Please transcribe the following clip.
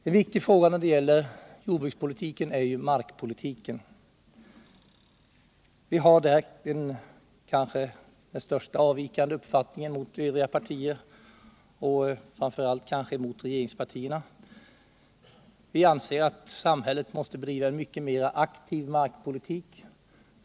En viktig fråga när det gäller jordbrukspolitiken är markpolitiken. Vi har där den från övriga partier kanske mest avvikande meningen — framför allt från regeringspartiernas. Vi anser att samhället måste bedriva en mycket mer aktiv markpolitik.